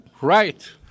right